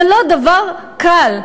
זה לא דבר קל.